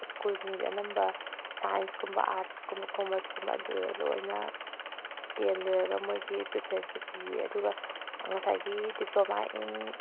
ꯁ꯭ꯀꯨꯜꯁꯤꯡꯁꯦ ꯑꯅꯝꯕ ꯁꯥꯏꯟꯁꯀꯨꯝꯕ ꯑꯥꯔꯠꯁꯀꯨꯝꯕ ꯀꯣꯃꯔꯁꯀꯨꯝꯕ ꯑꯗꯨꯗ ꯂꯣꯏꯅ ꯇꯦꯟ ꯂꯣꯏꯔꯒ ꯃꯣꯏꯒꯤ ꯄ꯭ꯔꯤꯐꯔꯦꯟꯁꯁꯤ ꯄꯤꯌꯦ ꯑꯗꯨꯒ ꯉꯁꯥꯏꯒꯤ ꯗꯤꯄ꯭ꯂꯣꯃꯥ ꯏꯟ